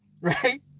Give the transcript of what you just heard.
Right